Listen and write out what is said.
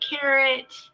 carrot